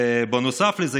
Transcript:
נוסף לזה,